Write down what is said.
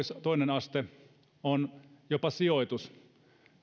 toinen aste on jopa sijoitus